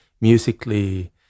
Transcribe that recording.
musically